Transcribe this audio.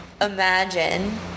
imagine